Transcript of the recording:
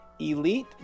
elite